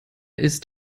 ist